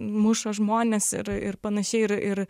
muša žmones ir ir panašiai ir ir